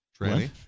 Tranny